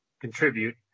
contribute